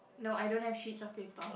no I don't have sheets of paper